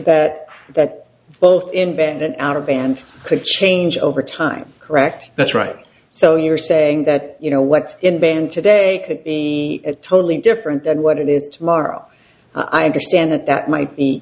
that that both in bed and out of band could change over time correct that's right so you're saying that you know what's in band today could be a totally different than what it is tomorrow i understand that that might be